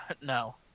No